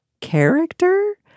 character